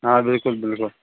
آ بِلکُل بِلکُل